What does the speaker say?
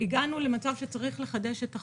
הגענו למצב שצריך לחדש את החוק.